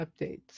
updates